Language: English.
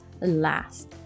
last